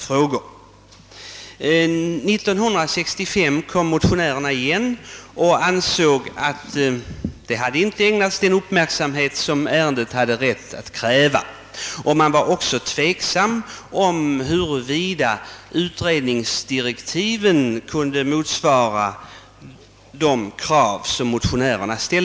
1965 kom motionärerna igen, eftersom de ansåg att ärendet inte ägnats den uppmärksamhet det krävde. Motionärerna var också tveksamma, huruvida utredningsdirektiven motsvarade motionärernas krav.